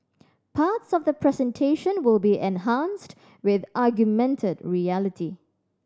parts of the presentation will be enhanced with augmented reality